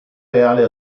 reale